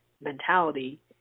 mentality